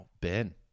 Ben